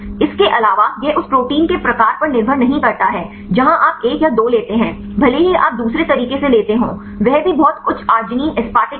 इसके अलावा यह उस प्रोटीन के प्रकार पर निर्भर नहीं करता है जहां आप एक या दो लेते हैं भले ही आप दूसरे तरीके से लेते हों वह भी बहुत उच्च आर्जिनिन एसपारटिक एसिड है